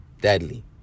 deadly